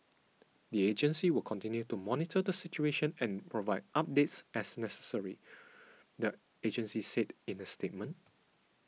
the agency will continue to monitor the situation and provide updates as necessary the agency said in a statement